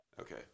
Okay